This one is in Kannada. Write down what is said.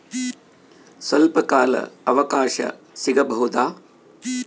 ಸ್ವಲ್ಪ ಕಾಲ ಅವಕಾಶ ಸಿಗಬಹುದಾ?